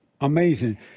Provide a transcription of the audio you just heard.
Amazing